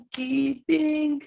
keeping